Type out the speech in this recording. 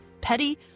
petty